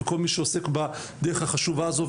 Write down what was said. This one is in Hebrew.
וכל מי שעוסק בדרך החשובה הזו,